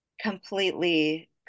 completely